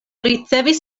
ricevis